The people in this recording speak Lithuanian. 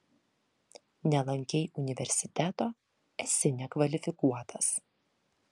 nelankei universiteto esi nekvalifikuotas